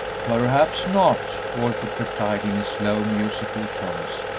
perhaps not, walcott replied, in his low, musical tones,